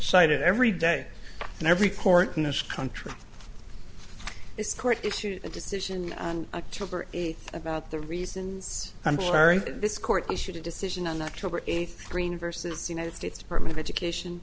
cite it every day and every court in this country is court issued a decision on a tube or about the reasons i'm sorry this court issued a decision on october eighth green versus united states department of education